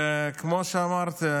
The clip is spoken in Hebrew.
כמו שאמרתי,